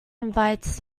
invites